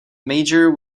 major